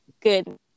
good